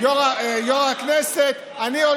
רק שכחתם להזכיר שגם היום יו"ר הכנסת בא ואומר: אני הולך,